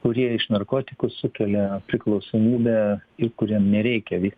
kurie iš narkotikų sukelia priklausomybę ir kuriem nereikia